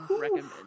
recommend